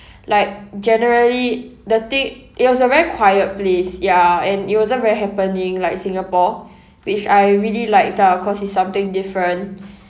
like generally the thing it was a very quiet place ya and it wasn't very happening like singapore which I really liked ah cause it's something different